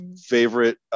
favorite